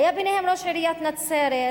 היה ביניהם ראש עיריית נצרת,